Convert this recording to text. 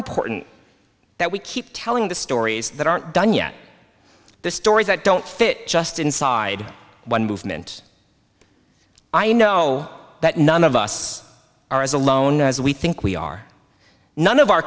important that we keep telling the stories that aren't done yet the stories that don't fit just inside one movement i know that none of us are as alone as we think we are none of our